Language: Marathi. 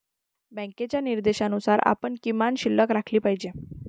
बँकेच्या निर्देशानुसार आपण किमान शिल्लक राखली पाहिजे